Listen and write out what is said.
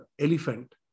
elephant